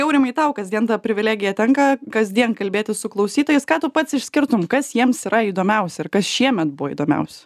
aurimai tau kasdien ta privilegija tenka kasdien kalbėtis su klausytojais ką tu pats išskirtum kas jiems yra įdomiausia ir kas šiemet buvo įdomiausia